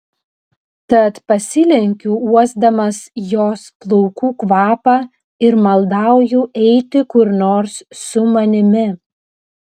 tad pasilenkiu uosdamas jos plaukų kvapą ir maldauju eiti kur nors su manimi